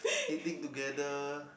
eating together